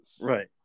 Right